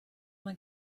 man